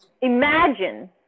imagine